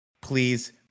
please